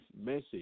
message